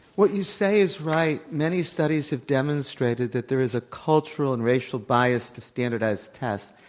what you say is right. many studies have demonstrated that there is a cultural and racial bias to standardized tests.